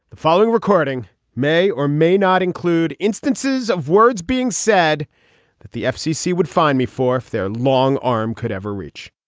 the following recording may or may not include instances of words being said that the fcc would find me for if their long arm could ever reach